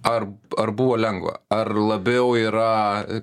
ar ar buvo lengva ar labiau yra